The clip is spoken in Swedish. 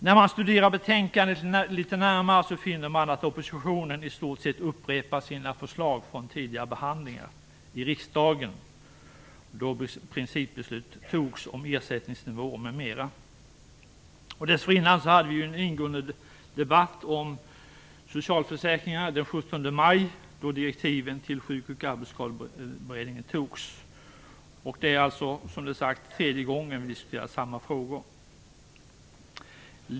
När man studerar betänkandet litet närmare finner man att oppositionen i stort sett upprepar sina förslag från tidigare behandlingar i riksdagen då principbeslut fattades om ersättningsnivå m.m. Dessförinnan hade vi den 17 maj en ingående debatt om socialförsäkringarna då direktiven till Sjuk och arbetsskadeberedningen antogs. Det är alltså nu tredje gången vi diskuterar samma frågor.